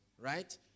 Right